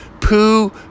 poo